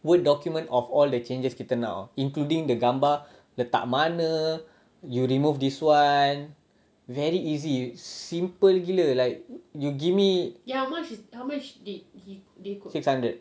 word document of all the changes kita nak [tau] including the gambar letak mana you remove this [one] very easy simple gila like you give me six hundred